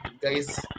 guys